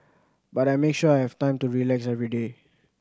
but I make sure I have time to relax every day